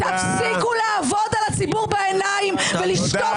תפסיקו לעבוד על הציבור בעיניים ולשטוף